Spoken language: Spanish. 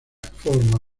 forma